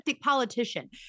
politician